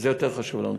זה יותר חשוב לנו.